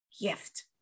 gift